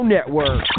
Network